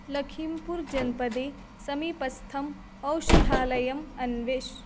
लखिम्पुर् जनपदे समीपस्थं औषधालयम् अन्विष